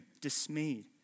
dismayed